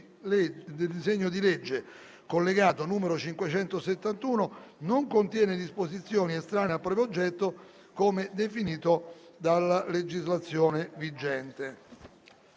del disegno di legge collegato, n. 571, non contiene disposizioni estranee al proprio oggetto, come definito dalla legislazione vigente.